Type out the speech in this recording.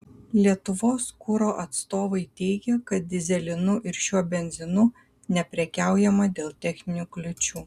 lietuvos kuro atstovai teigė kad dyzelinu ir šiuo benzinu neprekiaujama dėl techninių kliūčių